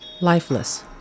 Lifeless